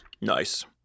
Nice